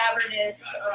cavernous